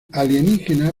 alienígena